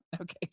Okay